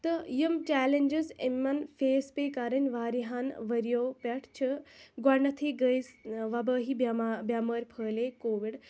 تہٕ یِم چَلینجَس یِمَن فیس پےٚ کَرٕنۍ واریاہَن ؤرۍ یَو پٮ۪ٹھ چھِ گۄڈٕنٮ۪تھٕے گٔے وبٲہی بٮ۪ما بٮ۪مٲرۍ پھہلیے کووِڈ